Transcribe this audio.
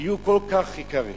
יהיו כל כך יקרים.